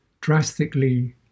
drastically